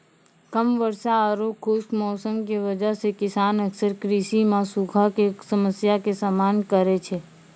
कम वर्षा आरो खुश्क मौसम के वजह स किसान अक्सर कृषि मॅ सूखा के समस्या के सामना करै छै